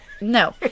No